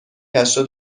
هشتاد